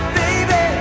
baby